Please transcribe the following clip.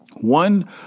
One